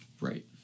Right